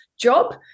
job